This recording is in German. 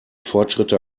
fortschritte